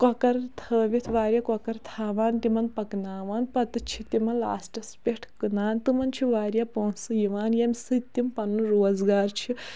کۄکَر تھٲوِتھ واریاہ کۄکَر تھاوان تِمن پَکناوان تہٕ چھِ تِمن لاسٹَس پٮ۪ٹھ کٕنان تِمَن چھِ واریاہ پونٛسہٕ یِوان ییٚمہِ سۭتۍ تِم پَنُن روزگار چھِ